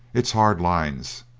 it's hard lines.